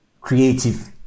creative